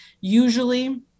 usually